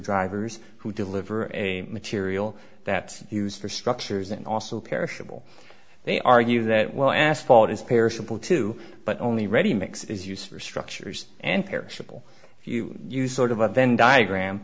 drivers who deliver a material that's used for structures and also perishable they argue that well asphalt is perishable too but only ready mix is used for structures and perishable if you use sort of a venn diagram